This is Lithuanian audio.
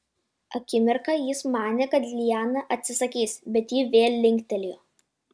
akimirką jis manė kad liana atsisakys bet ji vėl linktelėjo